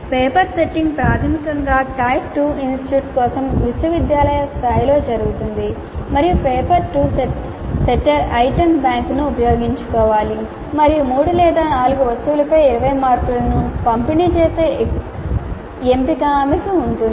paper setting ప్రాథమికంగా tier 2 institutes కోసం విశ్వవిద్యాలయ స్థాయిలో జరుగుతుంది మరియు పేపర్ సెట్టర్ ఐటెమ్ బ్యాంక్ను ఉపయోగించుకోవాలి మరియు మూడు లేదా నాలుగు వస్తువులపై 20 మార్కులను పంపిణీ చేసే ఎంపిక ఆమెకు ఉంది